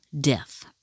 death